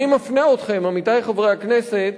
אני מפנה אתכם, עמיתי חברי הכנסת,